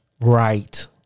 Right